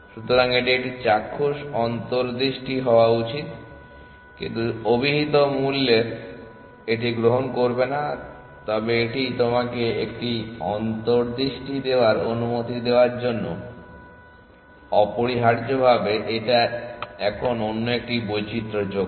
সুতরাং এটি একটি চাক্ষুষ অন্তর্দৃষ্টি দেওয়া উচিত কিন্তু অভিহিত মূল্যে এটি গ্রহণ করবে না তবে এটি তোমাকে একটি অন্তর্দৃষ্টি দেওয়ার অনুমতি দেওয়ার জন্য অপরিহার্যভাবে এটা এখন অন্য একটি বৈচিত্র যোগ করে